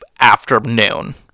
afternoon